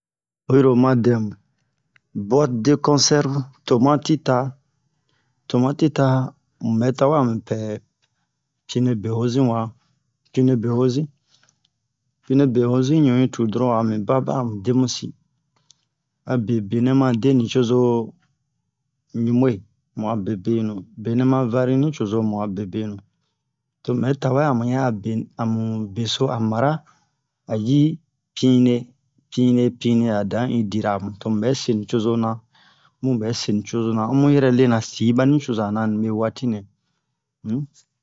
oyi ro oma dɛmu boite de conserve tomati ta tomati ta mubɛ tawe amu pɛ cune be hosin wa cune be hozin pine be hosin ɲu yi tu doron ami baba ami demusi abe benɛ ma de nucozo ɲuɓu'e mu a be benu nɛ ma vari nucozo to mu ɓɛ tawɛ amu ya'a be amu beso mara a ji pinne pinne a dan i dira tomu ɓɛse nucozo na mu ɓɛse ho mu yɛrɛ lena sii ɓa nucoza na nibe waati nɛ